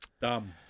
Dumb